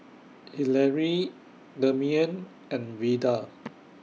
Hillary Demian and Veda